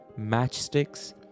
matchsticks